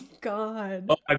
God